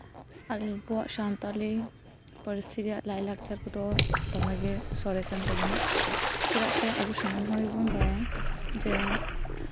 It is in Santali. ᱟᱵᱚᱣᱟᱜ ᱥᱟᱱᱛᱟᱲᱤ ᱯᱟᱹᱨᱥᱤ ᱨᱮᱭᱟᱜ ᱞᱟᱭᱼᱞᱟᱠᱪᱟᱨ ᱠᱚᱫᱚ ᱫᱚᱢᱮ ᱜᱮ ᱥᱚᱨᱮᱥᱟᱱ ᱛᱟᱵᱚᱱᱟ ᱪᱮᱫᱟᱜ ᱥᱮ ᱟᱵᱚ ᱥᱟᱱᱟᱢ ᱦᱚᱲ ᱜᱮᱵᱚᱱ ᱵᱟᱲᱟᱭᱟ ᱡᱮ